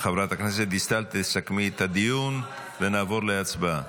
חברת הכנסת דיסטל, תסכמי את הדיון ונעבור להצבעה.